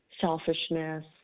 selfishness